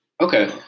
okay